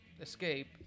escape